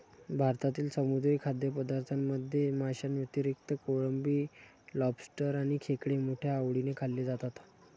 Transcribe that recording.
भारतातील समुद्री खाद्यपदार्थांमध्ये माशांव्यतिरिक्त कोळंबी, लॉबस्टर आणि खेकडे मोठ्या आवडीने खाल्ले जातात